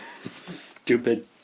Stupid